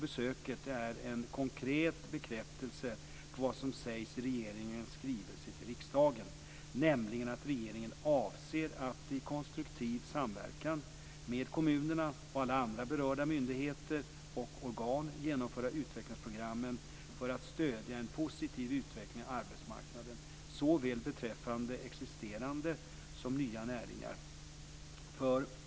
Besöket är en konkret bekräftelse på vad som sägs i regeringens skrivelse till riksdagen, nämligen att regeringen avser att i konstruktiv samverkan med kommunerna, och alla andra berörda myndigheter och organ, genomföra utvecklingsprogrammen för att stödja en positiv utveckling av arbetsmarknaden, beträffande såväl existerande som nya näringar.